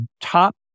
top